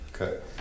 Okay